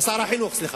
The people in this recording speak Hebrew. שר החינוך, סליחה.